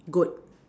good